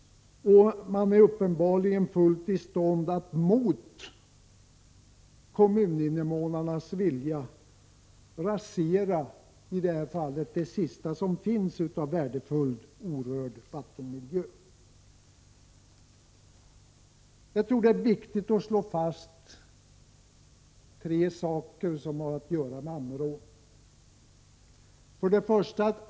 Man är uppenbarligen fullt i stånd att mot kommuninvånarnas vilja rasera i det här fallet det sista som finns av värdefull orörd vattenmiljö. Jag tror det är viktigt att slå fast tre saker som har att göra med Ammerån. 1.